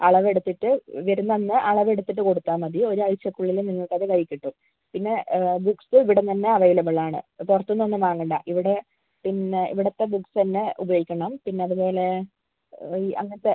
അളവ് എടുത്തിട്ട് വരുന്ന അന്ന് അളവ് എടുത്തിട്ട് കൊടുത്താൽ മതി ഒരാഴ്ച്ചക്ക് ഉള്ളിൽ നിങ്ങൾക്ക് അത് കൈയ്യിൽ കിട്ടും പിന്നെ ബുക്സ് ഇവിടെ നിന്നുതന്നെ അവൈലബിൾ ആണ് പുറത്തുനിന്ന് ഒന്നും വാങ്ങേണ്ട ഇവിടെ പിന്നെ ഇവിടുത്തെ ബുക്സ് തന്നെ ഉപയോഗിക്കണം പിന്നെ അതുപോലെ ഈ അങ്ങനത്തെ